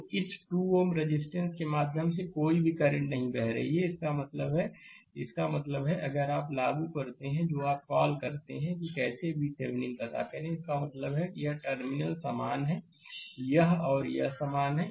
तो इस 2 Ω रेजिस्टेंस के माध्यम से कोई भी करंट नहीं बह रही है इसका मतलब है इसका मतलब है अगर आप लागू करते हैं जो आप कॉल करते हैं कि कैसे VThevenin पता करें इसका मतलब है यह टर्मिनल समान है यह और यह समान है